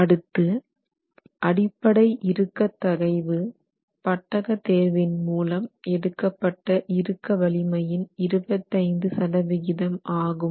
அடுத்து அடிப்படை இறுக்க தகைவு பட்டக தேர்வின் மூலம் எடுக்கப்பட்ட இறுக்க வலிமையின் 25 சதவிகிதம் ஆகும்